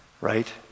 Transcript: right